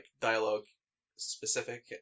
dialogue-specific